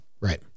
right